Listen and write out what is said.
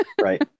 right